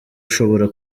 ushobora